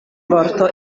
vorto